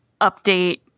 update